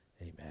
amen